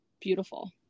beautiful